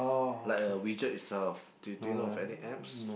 like a widget itself do do you know of any apps